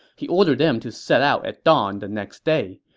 he ordered them to set out at dawn the next day.